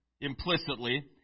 implicitly